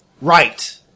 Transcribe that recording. Right